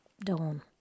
dawn